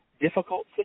difficult